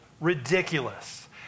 ridiculous